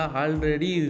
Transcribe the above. already